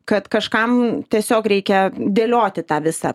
kad kažkam tiesiog reikia dėlioti tą visą